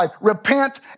Repent